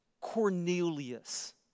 Cornelius